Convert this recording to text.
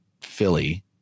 Philly